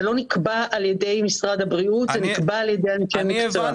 זה לא נקבע על ידי משרד הבריאות אלא על-ידי אנשי מקצוע.